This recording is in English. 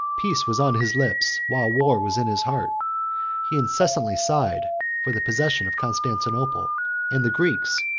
peace was on his lips, while war was in his heart he incessantly sighed for the possession of constantinople and the greeks,